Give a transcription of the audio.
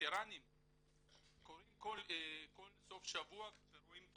וטראנים קוראים כל סוף שבוע ורואים את